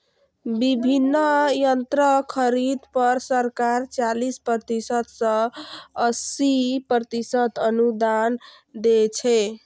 विभिन्न यंत्रक खरीद पर सरकार चालीस प्रतिशत सं अस्सी प्रतिशत अनुदान दै छै